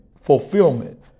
fulfillment